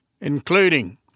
including